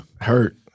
Hurt